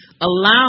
allow